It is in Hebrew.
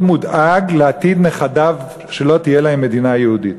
מודאג מעתיד נכדיו שלא תהיה להם מדינה יהודית,